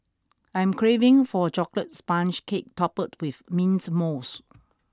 I am craving for a chocolate sponge cake toppled with mint mousse